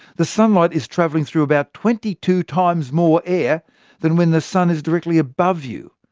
the sunlight is travelling through about twenty two times more air than when the sun is directly above you,